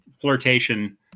flirtation